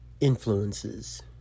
influences